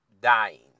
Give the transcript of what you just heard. dying